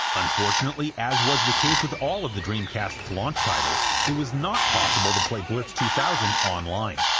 unfortunately, as was the case with all of the dreamcast's launch titles, it was not possible to play blitz two thousand online,